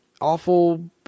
awful